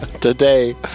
Today